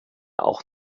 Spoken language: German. auch